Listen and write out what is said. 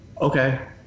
okay